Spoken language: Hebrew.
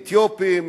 אתיופים,